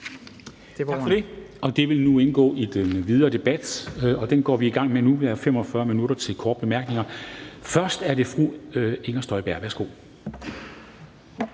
Tak for det. Det vil nu indgå i den videre debat. Den går vi i gang med nu. Vi har 45 minutter til korte bemærkninger. Først er det fru Inger Støjberg. Værsgo.